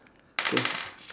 okay